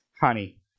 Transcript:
honey